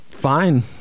Fine